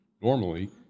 normally